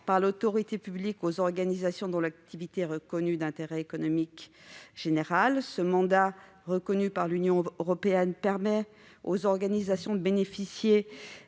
par l'autorité publique aux organisations dont l'activité est reconnue d'intérêt économique général. Ce mandat, reconnu par l'Union européenne, permet aux organisations de bénéficier